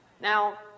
Now